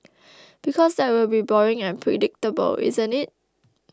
because that will be boring and predictable isn't it